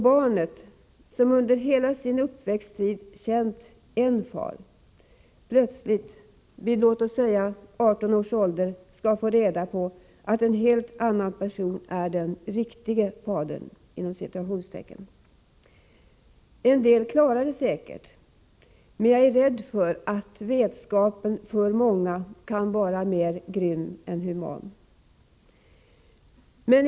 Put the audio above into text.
Barnet, som under hela sin uppväxttid känt en far, skall plötsligt vid låt oss säga 18 års ålder få reda på att en helt annan person är den ”riktige” fadern. En del klarar det säkert, men jag är rädd för att vetskapen för många kan vara mer grym än human.